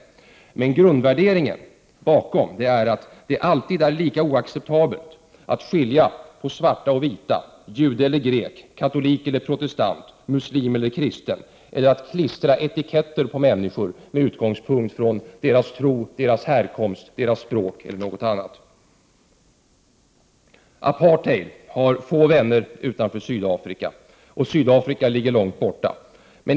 Men den grundläggande värderingen bakom är att det alltid är lika oacceptabelt att skilja på svarta och vita, jude och grek, katolik och protestant, muslim och kristen eller att klistra etiketter på människor med utgångspunkt i deras tro, härkomst, språk eller något annat. Apartheid har få vänner utanför Sydafrika, och Sydafrika ligger långt borta.